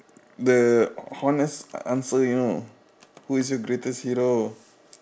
the honest answer you know who is the greatest hero